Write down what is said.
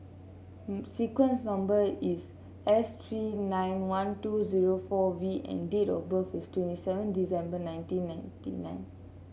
sequence number is S three nine one two zero four V and date of birth is twenty seven December nineteen ninety nine